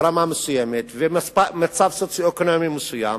ברמה מסוימת, ומצב סוציו-אקונומי מסוים,